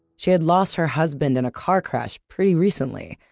she had lost her husband in a car crash pretty recently.